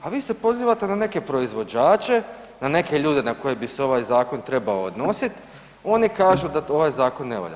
Pa vi se pozivate na neke proizvođače, na neke ljude na koje bi se ovaj zakon trebao odnositi, oni kažu da ovaj zakon ne valja.